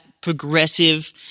progressive